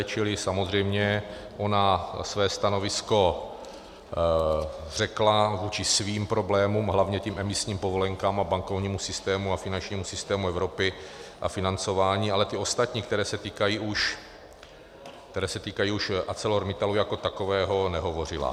Čili samozřejmě ona své stanovisko řekla vůči svým problémům, hlavně těm emisním povolenkám a bankovnímu systému a finančnímu systému Evropy a financování, ale ty ostatní, které se týkají už ArcelorMittalu jako takového, nehovořila.